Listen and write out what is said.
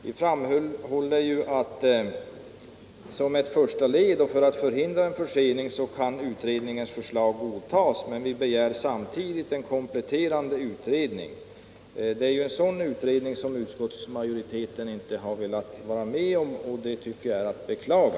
Vi framhåller att utredningens förslag kan godtas som ett första led för att förhindra en försening men begär samtidigt en kompletterande utredning. Det är ju en sådan som utskottsmajoriteten inte velat vara med om, och det tycker jag är att beklaga.